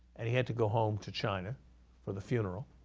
and he had to go home to china for the funeral.